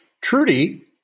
Trudy